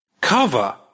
Cover